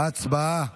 הצבעה.